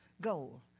Goal